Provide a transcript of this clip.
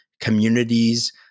communities